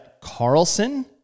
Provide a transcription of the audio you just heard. Carlson